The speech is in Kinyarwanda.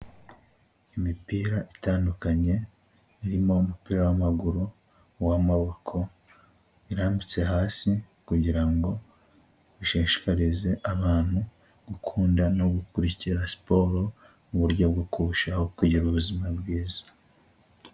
Imipira itandukanye irimo umupira w'amaguru n'uw'amaboko, irambitse hasi kugira ngo ushishikarize abantu gukunda no gukurikira siporo, mu buryo bwo kurushaho kugira ubuzima bwiza.